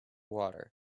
water